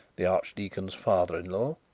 the archdeacon's father-in-law,